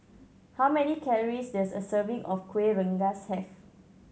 how many calories does a serving of Kuih Rengas have